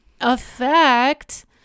affect